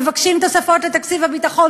מבקשים תוספות לתקציב הביטחון,